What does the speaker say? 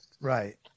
right